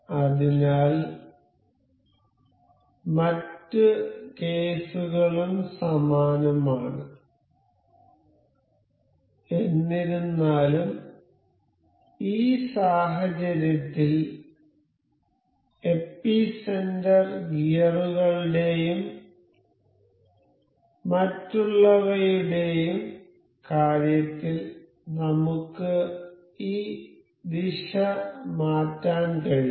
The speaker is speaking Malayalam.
അതിനാൽ മറ്റ് കേസുകളും സമാനമാണ് എന്നിരുന്നാലും ഈ സാഹചര്യത്തിൽ എപിസെന്റർ ഗിയറുകളുടെയും മറ്റുള്ളവയുടെയും കാര്യത്തിൽ നമുക്ക് ഈ ദിശ മാറ്റാൻ കഴിയും